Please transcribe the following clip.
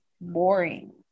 boring